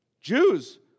Jews